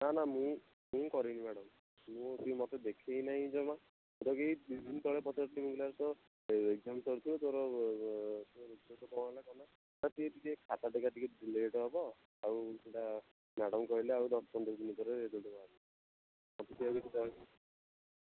ନା ନା ମୁଁ ମୁଁ କରିନି ମ୍ୟାଡ଼ାମ୍ ମୁଁ ସିଏ ମୋତେ ଦେଖାଇ ନାହିଁ ଜମା ଯେଉଁଟାକି ଦୁଇ ଦିନ ତଳେ ପଚାରୁଥିଲି ଏଗ୍ଜାମ୍ ସରିଥିବ ତୋର ରେଜଲ୍ଟ କ'ଣ ହେଲା କ'ଣ ନାହିଁ ନା ସିଏ ଟିକେ ଖାତା ଦେଖା ଟିକେ ଲେଟ୍ ହବ ଆଉ ସେଟା ମ୍ୟାଡ଼ାମ୍ କହିଲେ ଆଉ ଦଶ ପନ୍ଦର ଦିନ ପରେ ରେଜଲ୍ଟ ବାହାରିବ ମୋତେ ସିଏ ଆଉ କିଛି କହିନି